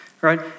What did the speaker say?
right